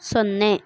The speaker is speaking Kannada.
ಸೊನ್ನೆ